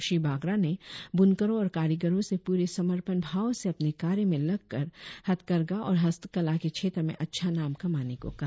श्री बागरा ने बुनकरों और कारीगरों से पूरे समर्पण भाव से अपने कार्य में लगकर हथकरघा और हस्तकला के क्षेत्र में अच्छा नाम कमाने को कहा